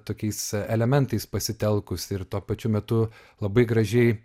tokiais elementais pasitelkus ir tuo pačiu metu labai gražiai